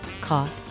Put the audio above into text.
caught